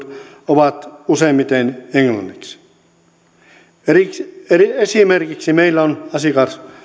ovat useimmiten englanniksi esimerkiksi meillä on asiakas